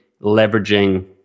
leveraging